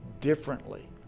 differently